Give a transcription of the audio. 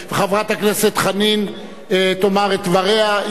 וחברת הכנסת חנין תאמר את דבריה,